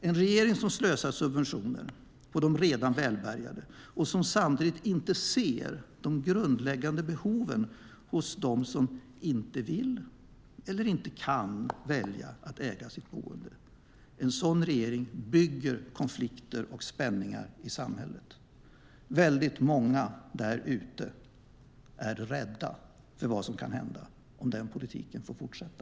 En regering som slösar subventioner på de redan välbärgade, och som samtidigt inte ser de grundläggande behoven hos dem som inte vill eller kan välja att äga sitt boende, bygger konflikter och spänningar i samhället. Väldigt många där ute är rädda för vad som kan hända om den politiken får fortsätta.